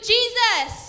Jesus